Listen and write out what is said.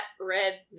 red